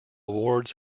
awards